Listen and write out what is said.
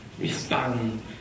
respond